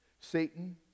Satan